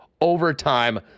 overtime